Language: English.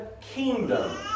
kingdom